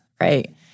right